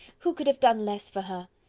who could have done less for her?